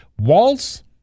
walls